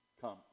come